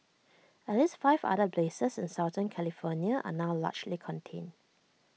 at least five other blazes in southern California are now largely contained